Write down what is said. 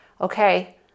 okay